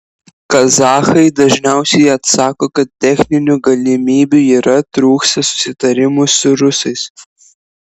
kazachai dažniausiai atsako kad techninių galimybių yra trūksta susitarimų su rusais